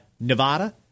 Nevada